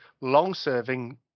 long-serving